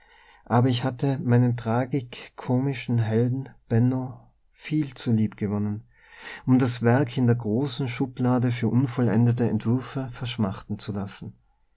aber ich hatte meinen tragikomischen helden benno viel zu lieb gewonnen um das werk in der großen schublade für unvollendete entwürfe verschmachten zu lassen